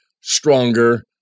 stronger